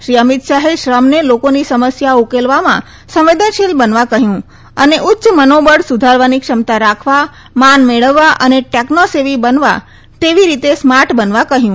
શ્રી અમિત શાહે શ્રમને લોકોની સમસ્યાઓ ઉકેલવામાં સંવેદનશીલ બનવા કહ્યું અને ઉચ્ય મનોબળ સુધરવાની ક્ષમતા રાખવા માન મેળવા અને ટેકનો સેવી બનવા તેવી રીતે સ્માર્ટ બનવા કહ્યું